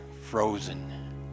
frozen